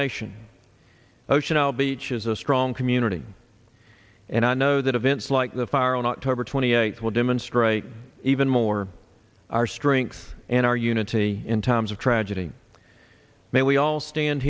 nation ocean isle beach is a strong community and i know that events like the fire on october twenty eighth will demonstrate even more our strength and our unity in times of tragedy may we all sta